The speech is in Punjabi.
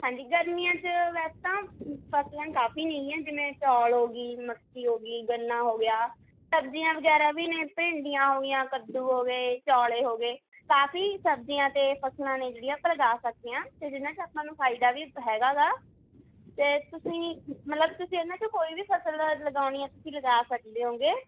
ਹਾਂਜੀ ਗਰਮੀਆਂ 'ਚ ਵੈਸੇ ਤਾਂ ਫਸਲਾਂ ਕਾਫੀ ਨੇਗੀਆਂ ਜਿਵੇਂ ਚੌਲ ਹੋ ਗਈ ਮੱਕੀ ਹੋ ਗਈ ਗੰਨਾ ਹੋ ਗਿਆ ਸਬਜ਼ੀਆਂ ਵਗੈਰਾ ਵੀ ਨੇ ਭਿੰਡੀਆਂ ਹੋ ਗਈਆਂ ਕੱਦੂ ਹੋ ਗਏ ਚੌਲੇ ਹੋ ਗਏ ਕਾਫੀ ਸਬਜ਼ੀਆਂ ਅਤੇ ਫਸਲਾਂ ਨੇ ਜਿਹੜੀਆਂ ਆਪਾਂ ਲਗਾ ਸਕਦੇ ਹਾਂ ਅਤੇ ਜਿਹਨਾਂ 'ਚ ਆਪਾਂ ਨੂੰ ਫਾਇਦਾ ਵੀ ਹੈਗਾ ਗਾ ਅਤੇ ਤੁਸੀਂ ਮਤਲਬ ਤੁਸੀਂ ਇਹਨਾਂ 'ਚੋਂ ਕੋਈ ਵੀ ਫਸਲ ਦਾ ਲਗਾਉਣੀ ਹੈ ਤੁਸੀਂ ਲਗਾ ਸਕਦੇ ਹੋਗੇ